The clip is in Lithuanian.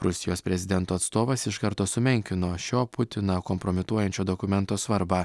rusijos prezidento atstovas iš karto sumenkino šio putiną kompromituojančio dokumento svarbą